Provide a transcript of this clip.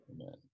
Amen